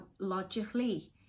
logically